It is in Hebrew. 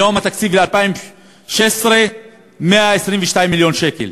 היום התקציב ל-2016 הוא 122 מיליון שקלים,